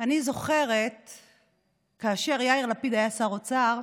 אני זוכרת שכאשר יאיר לפיד היה שר האוצר,